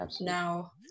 now